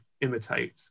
imitate